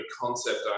concept